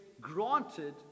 granted